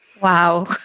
Wow